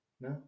No